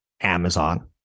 Amazon